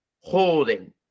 holding